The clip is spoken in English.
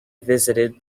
visited